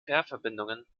fährverbindungen